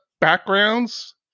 backgrounds